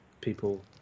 people